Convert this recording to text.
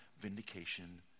vindication